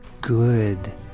good